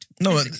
No